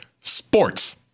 sports